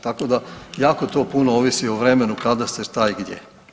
Tako da jako to puno ovisi o vremenu kada ste šta i gdje.